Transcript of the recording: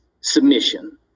submission